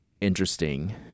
interesting